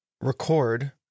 record